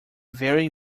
very